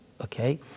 Okay